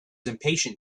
impatient